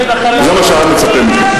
זה מה שהעם מצפה מכם.